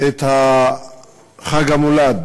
את חג המולד